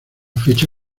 fecha